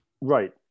Right